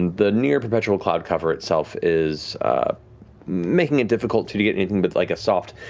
the near perpetual cloud cover itself is making it difficult to to get anything but like a soft,